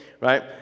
right